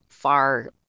Far